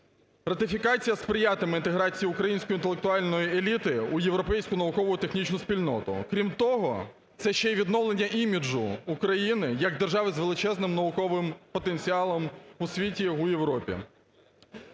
Ратифікація сприятиме інтеграції української інтелектуальної еліти у європейську наукову технічну спільноту. Крім того, це ще й відновлення іміджу України як держави з величезним науковим потенціалом у світі, у Європі.